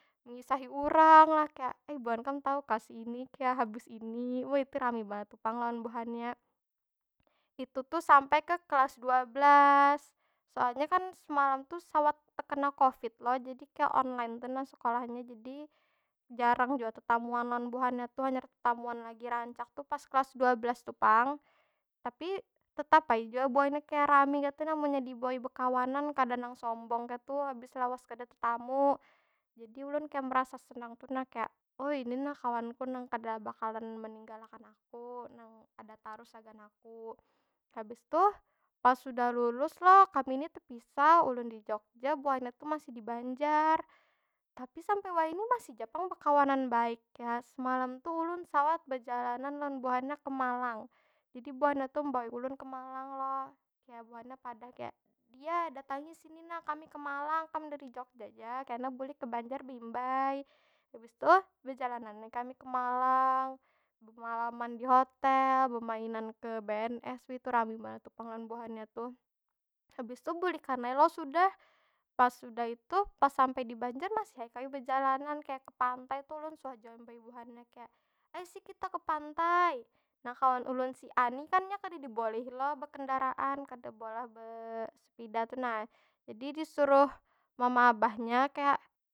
Mengisahi urang lah, kaya, ai buhan kam tahu kah si ini kaya habis ini? Wih tu rami banar tu pang lawan buhannya. Itu tuh sampai ke kelas dua belas, soalnya kan semalam tu sawat tekena covid lo, jadi kaya online tu nah sekolahnya. Jadi, jarang jua tetamuan lawan buhannya tu, hanyar tetamuan lagi rancak tu pas kelas dua belas tu pang. Tapi tetap ai jua buhannya kaya rami kaytu nah munnya dibawai bekawanan. Kada nang sombong kaytu habis lawas kada tetamu. Jadi ulun kaya merasa senang tu nah, kaya, ini nah kawan ku nang kada bakalan meninggalakan aku. Nang ada tarus sagan aku. Habis tu, pas sudah lulus lo kami ni tepisah. Ulun di jogja buhannya tu masih di banjar. Tapi sampai wahini masih ja pang bekawanan baik. Kaya semalam tu ulun sawat bejalanan lawan buhannya ke malang. Jadi buhannya tu membawai ulun ke malang lo. Ya, buhannya padah kaya, diyah datangi sini nah kami ke malang. Kam dari jogja ja, kena bulik ke banjar beimbay. Habis tu, bejalanan ai kami ke malang. Bemalaman di hotel, bemainan ke bns. Wih itu rami banar tu pang lawan buhannya tuh. Habis tu bulikan ai lo sudah. Pas sudah itu, pas sampai di banjar masih ai kami bejalanan. Kaya ke pantai tu ulun suah jua membawai buhannya. Kaya, ai si kita ke pantai! Nah kawan ulun si a ni kan nya kada dibolehi lo bekendaraan, kada boleh be sepida tu nah. Jadi disuruh mama abahnya kaya.